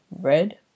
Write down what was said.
red